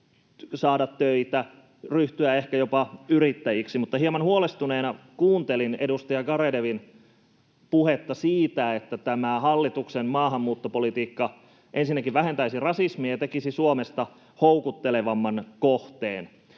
saada töitä, ryhtyä ehkä jopa yrittäjiksi. Hieman huolestuneena kuuntelin edustaja Garedewin puhetta siitä, että tämä hallituksen maahanmuuttopolitiikka ensinnäkin vähentäisi rasismia ja tekisi Suomesta houkuttelevamman kohteen.